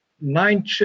nine